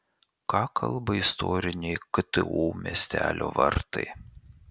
ką kalba istoriniai ktu miestelio vartai